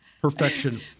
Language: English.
perfection